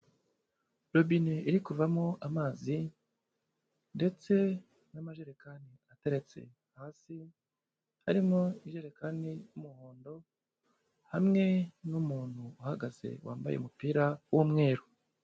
Robine iri kuvamo amazi ndetse n'amajerekani ateretse hasi, harimo ijerekani y'umuhondo hamwe n'umuntu uhagaze wambaye umupira w'umweru.